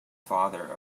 father